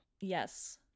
Yes